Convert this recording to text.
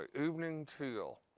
ah evening teal,